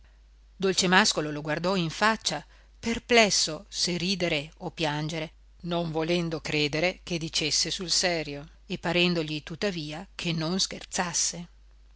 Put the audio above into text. più dolcemàscolo lo guardò in faccia perplesso se ridere o piangere non volendo credere che dicesse sul serio e parendogli tuttavia che non scherzasse